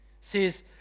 says